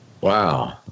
Wow